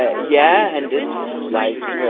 ah yeah. and it's, like.